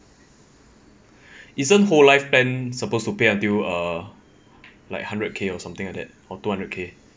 isn't whole life plan supposed to pay until err like hundred K or something like that or two hundred K